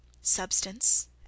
Substance